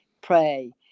Pray